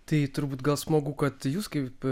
tai turbūt gal smagu kad jūs kaip